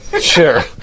Sure